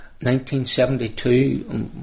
1972